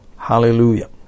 Hallelujah